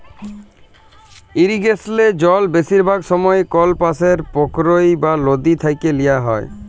ইরিগেসলে জল বেশিরভাগ সময়ই কল পাশের পখ্ইর বা লদী থ্যাইকে লিয়া হ্যয়